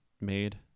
made